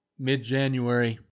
Mid-January